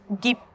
give